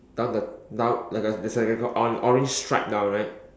down the down like a there's like a o~ orange stripe down right